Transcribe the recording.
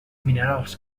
minerals